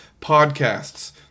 podcasts